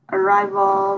Arrival